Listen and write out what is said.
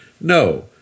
No